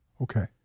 Okay